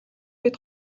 бид